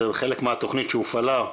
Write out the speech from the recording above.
זה חלק מהתוכנית שהופעלה,